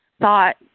thought